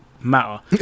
matter